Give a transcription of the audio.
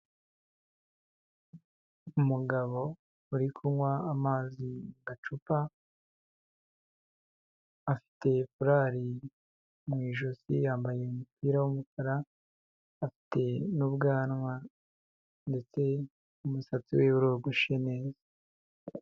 Umugabo uri kunywa amazi mu gacupa, afite furari mu ijosi, yambaye umupira w'umukara afite n'ubwanwa ndetse umusatsi wiwe urogoshe neza.